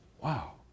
Wow